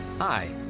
Hi